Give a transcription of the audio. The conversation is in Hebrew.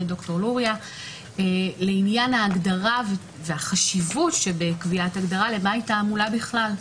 ד"ר לוריא לעניין ההגדרה והחשיבות שבקביעת הגדרה מהי תעמולה בכלל.